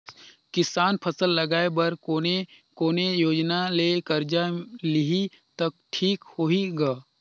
किसान फसल लगाय बर कोने कोने योजना ले कर्जा लिही त ठीक होही ग?